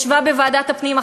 ישבה בוועדת הפנים,